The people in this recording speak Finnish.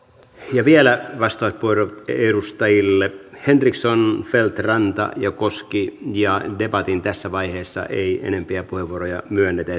ja vielä vastauspuheenvuorot edustajille henriksson feldt ranta ja koski ja debatin tässä vaiheessa ei enempiä puheenvuoroja myönnetä